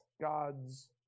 God's